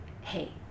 hey